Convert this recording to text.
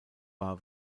war